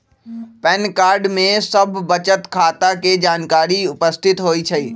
pan card में सभ बचत खता के जानकारी उपस्थित होइ छइ